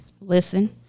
Listen